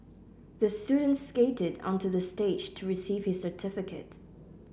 the student skated onto the stage to receive his certificate